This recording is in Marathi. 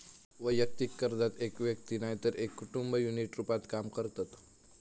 वैयक्तिक कर्जात एक व्यक्ती नायतर एक कुटुंब युनिट रूपात काम करतत